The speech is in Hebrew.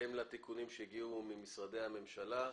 בהתאם לתיקונים שהגיעו ממשרדי הממשלה.